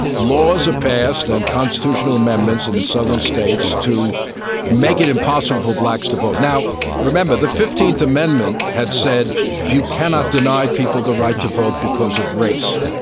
laws are passed and constitutional amendments in southern states to make it impossible for blacks to vote. remember, the fifteenth amendment had said you cannot deny people the right to vote because of race.